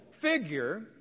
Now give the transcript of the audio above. figure